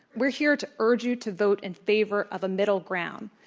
we're here to urge you to vote in favor of a middle ground,